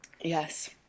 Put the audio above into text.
Yes